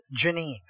Janine